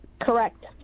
Correct